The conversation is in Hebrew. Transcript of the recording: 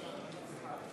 34,